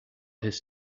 his